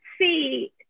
see